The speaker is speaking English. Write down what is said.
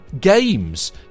games